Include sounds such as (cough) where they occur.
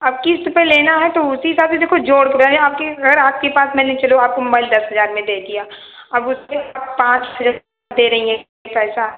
अब किश्त पर लेना है तो उसी हिसाब से देखो जोड़ के बता (unintelligible) आपके अगर आपके पास मैं ले चलूँ आपको मोबाइल दस हजार में दे दिया अब उसके बाद पाँच फिर दे रही हैं पैसा